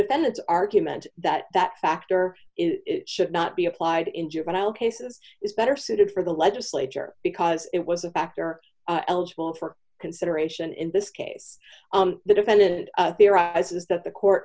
defendant's argument that that factor it should not be applied in juvenile cases is better suited for the legislature because it was a factor eligible for consideration in this case the defendant theorizes that the court